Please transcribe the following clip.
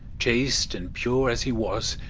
chaste and pure as he was,